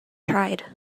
tried